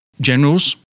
Generals